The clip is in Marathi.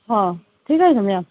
हं ठीक आहे